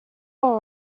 all